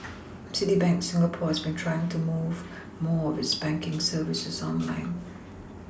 Citibank Singapore has been trying to move more of its banking services online